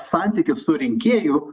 santykis su surinkėju